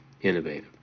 innovative